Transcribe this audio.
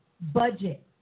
budget